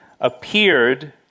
appeared